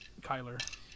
Kyler